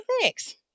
thanks